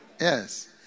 Yes